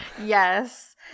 Yes